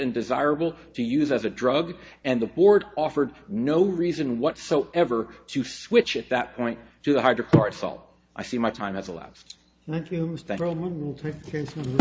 and desirable to use as a drug and the board offered no reason whatsoever to switch at that point to the harder part so i see my time has elapsed